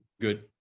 good